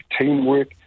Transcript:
teamwork